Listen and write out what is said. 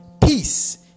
Peace